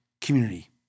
community